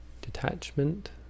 detachment